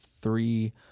three